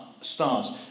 stars